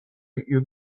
you